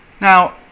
Now